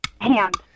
Hand